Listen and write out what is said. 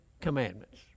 commandments